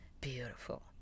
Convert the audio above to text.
Beautiful